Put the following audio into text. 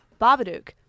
Babadook